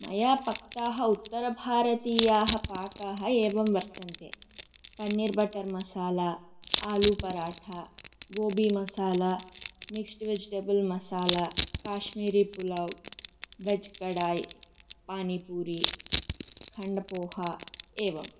मया पक्वाः उत्तरभारतीयाः पाकाः एवं वर्तन्ते पन्नीर्बटर्मसाला आलुपराठा गोबीमसाला मिक्स्ड्वेजीटेबल्मसाला काश्मीरीपुलाव् वेज्कडाय् पानीपूरी खण्डपोहा एवं